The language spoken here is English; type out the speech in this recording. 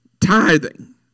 tithing